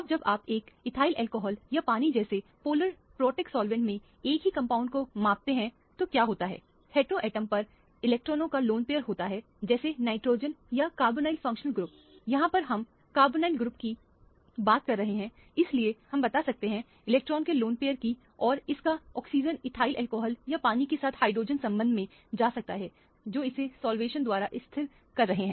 अब जब आप एक इथाइल अल्कोहल या पानी जैसे पोलर प्रोटिक सॉल्वेंट में एक ही कंपाउंड को मापते हैं तो क्या होता है हेटेरोटॉम पर इलेक्ट्रॉनों का लोन पैयर होता है जैसे नाइट्रोजन या कार्बोनाइल फंक्शनल ग्रुप यहां पर हम कार्बोनाइल कंपाउंड की बात कर रहे हैं इसलिए हम बात कर रहे हैं इलेक्ट्रॉन के लोन पैयर की और इस का ऑक्सीजन इथाइल अल्कोहल या पानी के साथ हाइड्रोजन संबंध मैं जा सकता है जो इसे सॉल्वेशन द्वारा स्थिर कर रहे हैं